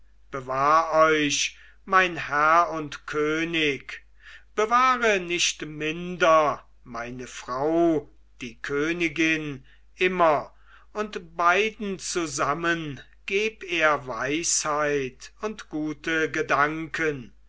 bewähr euch mein herr und könig bewahre nicht minder meine frau die königin immer und beiden zusammen geb er weisheit und gute gedanken